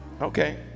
okay